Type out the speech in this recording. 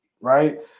right